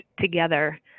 together